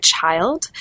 child